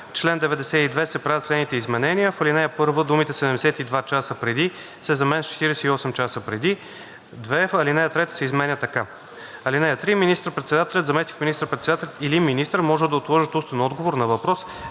чл. 92 се правят следните изменения: 1. В ал. 1 думите „72 часа преди“ се заменят с „48 часа преди“. 2. Алинея 3 се изменя така: „(3) Министър-председателят, заместник министър-председателят или министър може да отложат устен отговор на въпрос